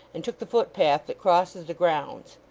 and took the footpath that crosses the grounds.